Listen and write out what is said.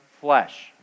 flesh